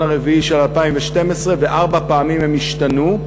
הרביעי של 2012 וארבע פעמים הן השתנו.